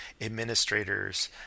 administrators